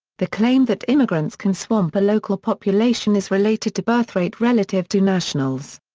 the claim that immigrants can swamp a local population is related to birth rate relative to nationals.